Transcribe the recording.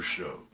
Show